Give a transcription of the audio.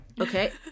Okay